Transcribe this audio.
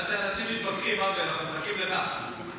אנשים מתווכחים, אבי, אנחנו מחכים לך.